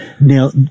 Now